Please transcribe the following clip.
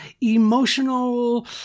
emotional